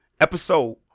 Episode